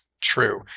true